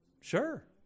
Sure